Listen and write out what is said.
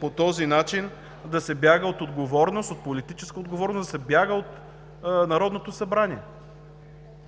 по този начин да се бяга от политическа отговорност, да се бяга от Народното събрание.